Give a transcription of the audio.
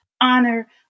honor